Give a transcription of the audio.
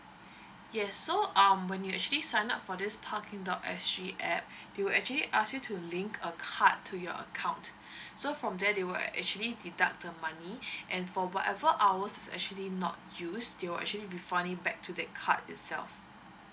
yes so um when you actually sign up for this parking dot s g A_P_P they will actually ask you to link a card to your account so from then they will actually deduct the money and for whatever hour is actually not used they will actually refund it back to the card itself